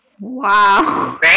Wow